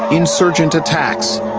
insurgent attacks.